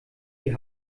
die